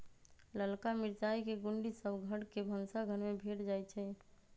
ललका मिरचाई के गुण्डी सभ घर के भनसाघर में भेंट जाइ छइ